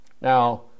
Now